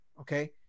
Okay